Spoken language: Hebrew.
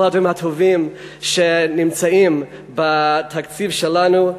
הדברים הטובים שנמצאים בתקציב שלנו.